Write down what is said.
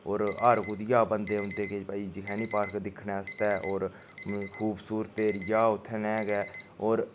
होर हर कुदेआ बन्दे औंदे के भई जखैनी पार्क दिक्खने आस्तै होर खूबसूरत एरिया उत्थै नेह् गै होर